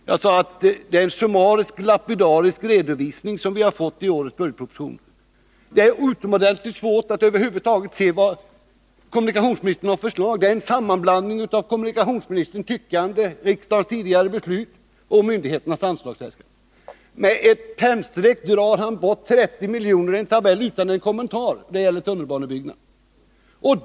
Jag sade då att det är en summarisk, lapidarisk redovisning som vi har fått i årets budgetproposition. Det är utomordentligt svårt att över huvud taget se vad kommunikationsministern föreslår. Det är en sammanblandning av kommunikationsministerns tyckanden, riksdagens tidigare beslut och myndigheternas anslagsäskanden. Med ett pennstreck men utan en kommentar tar kommunikationsministern bort 30 miljoner i en tabell som avser tunnelbanebyggande.